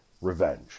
revenge